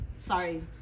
Sorry